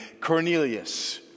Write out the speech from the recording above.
Cornelius